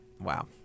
Wow